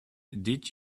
did